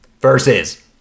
versus